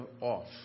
off